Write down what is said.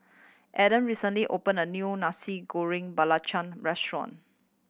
Aedan recently opened a new Nasi Goreng Belacan restaurant